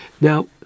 Now